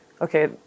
okay